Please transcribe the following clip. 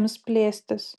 ims plėstis